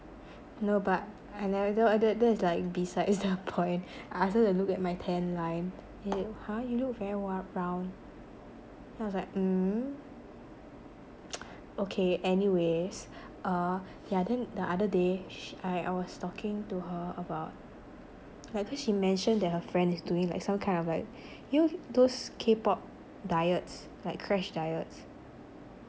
no but I never d~ that's like besides the point I asked her to look at my tan line and !huh! you look very dark brown then I was like mm okay anyways uh yeah then the other day sh~ I I was talking to her about like I think she mentioned that her friend is doing like some kind of like you know those k-pop diets like crash diets